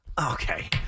Okay